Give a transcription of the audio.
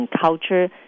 culture